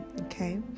okay